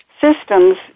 systems